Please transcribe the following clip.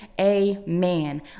Amen